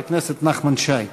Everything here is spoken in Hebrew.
חבר הכנסת נחמן שי.